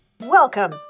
Welcome